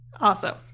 Awesome